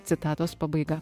citatos pabaiga